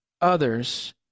others